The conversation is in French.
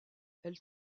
elle